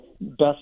best